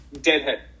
Deadhead